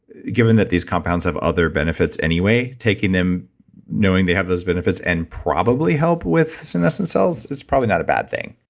given that these compounds have other benefits anyway, taking them knowing they have those benefits and probably help with senescent cells, it's probably not a bad things.